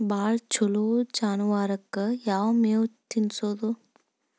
ಭಾಳ ಛಲೋ ಜಾನುವಾರಕ್ ಯಾವ್ ಮೇವ್ ತಿನ್ನಸೋದು?